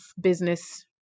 business